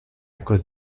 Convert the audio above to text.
cause